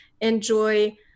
enjoy